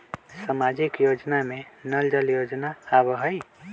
सामाजिक योजना में नल जल योजना आवहई?